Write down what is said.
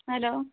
hello